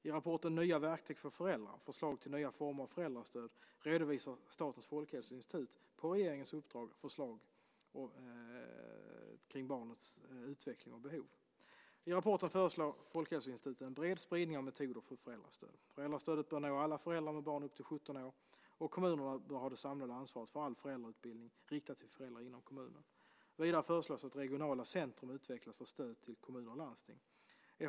I rapporten Nya verktyg för föräldrar - förslag till nya former av föräldrastöd redovisar Statens folkhälsoinstitut , på regeringens uppdrag, förslag kring barnets utveckling och behov. I rapporten föreslår Folkhälsoinstitutet en bred spridning av metoder för föräldrastöd. Föräldrastödet bör nå alla föräldrar med barn upp till 17 år, och kommunerna bör ha det samlande ansvaret för all föräldrautbildning riktad till föräldrar inom kommunen. Vidare föreslås att regionala centrum utvecklas för stöd till kommuner och landsting.